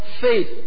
faith